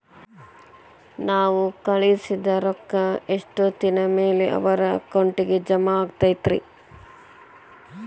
ನಾವು ಕಳಿಸಿದ್ ರೊಕ್ಕ ಎಷ್ಟೋತ್ತಿನ ಮ್ಯಾಲೆ ಅವರ ಅಕೌಂಟಗ್ ಜಮಾ ಆಕ್ಕೈತ್ರಿ?